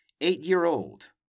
Eight-year-old